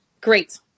great